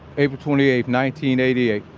april twenty-eighth, nineteen eighty-eight.